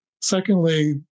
Secondly